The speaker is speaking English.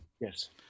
yes